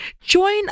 Join